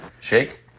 Shake